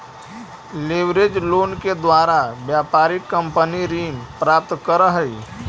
leverage loan के द्वारा व्यापारिक कंपनी ऋण प्राप्त करऽ हई